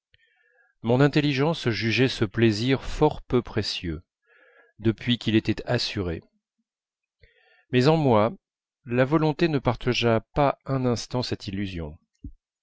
mon intelligence jugeait ce plaisir fort peu précieux depuis qu'il était assuré mais en moi la volonté ne partagea pas un instant cette illusion